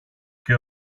και